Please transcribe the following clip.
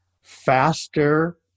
faster